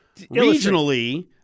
regionally